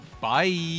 Bye